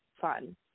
fun